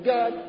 God